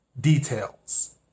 details